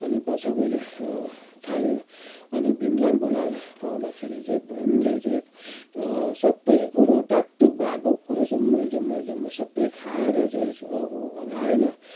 अनि सबैले खायो अनि भीमलाई पनि बोलाएर खुवाउँदाखेरि चाहिँ भीमले चाहिँ सबै कुरो टाकटुक भएको कुरो चाहिँ जम्मै जम्मै जम्मै सबै खाएर चाहिँ उ अघाएन